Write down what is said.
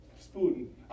spoon